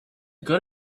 good